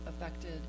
affected